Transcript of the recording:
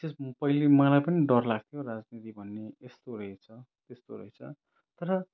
विशेष म पहिले मलाई पनि डर लाग्थ्यो राजनीति भन्ने यस्तो रहेछ त्यस्तो रहेछ तर